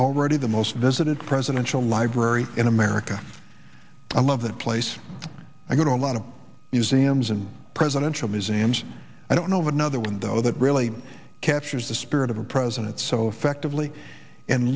already the most visited presidential library in america i love that place i go to a lot of museums and presidential museums i don't know of another one though that really captures the spirit of a president so effectively and